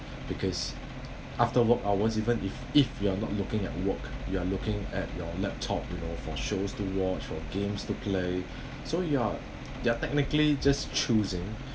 because after work hours even if if you're not looking at work you're looking at your laptop you know for shows to watch for games to play so you're they're technically just choosing